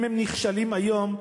אם הם נכשלים היום,